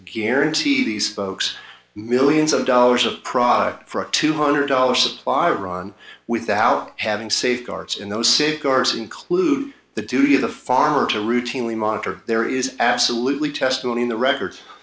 guarantee these folks millions of dollars of product for a two hundred dollars supply run without having safeguards in those cigars include the duty of the farmer to routinely monitor there is absolutely testimony in the record